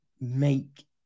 make